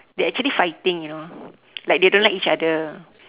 they actually fighting you know like they don't like each other